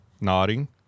nodding